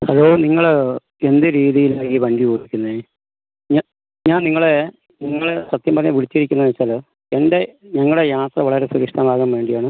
hello നിങ്ങൾ എന്ത് രീതിയിലാണ് ഈ വണ്ടി ഓടിക്കുന്നത് ഞാൻ ഞാൻ നിങ്ങളെ നിങ്ങളെ സത്യം പറഞ്ഞാൽ വിളിച്ചിരിക്കുന്നത് വച്ചാൽ എൻ്റെ ഞങ്ങളെ യാത്ര വളരെ സുരക്ഷിതമാകാൻ വേണ്ടിയാണ്